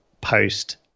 post